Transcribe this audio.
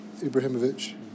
Ibrahimovic